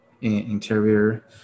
interior